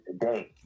today